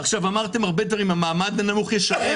אמרתם הרבה דברים המעמד הנמוך ישלם.